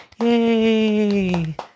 Yay